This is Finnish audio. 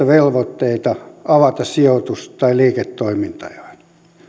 velvoitteita avata sijoitus tai liiketoimintojaan